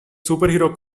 superhero